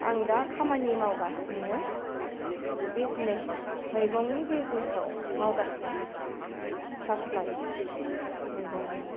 आं दा खामानि मावगासिनो बिजनेस मैगंनि बिजनेसआव मावगासिनो साफ्लाय मैगंनि